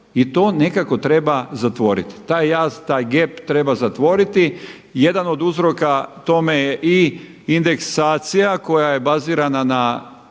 i to nekako treba zatvoriti, taj jaz, taj gep treba zatvoriti. Jedan od uzroka tome je i indeksacija koja je bazirana na